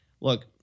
Look